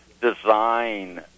design